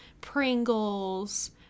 Pringles